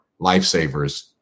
lifesavers